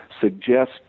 suggest